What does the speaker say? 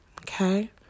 okay